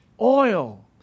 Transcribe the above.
oil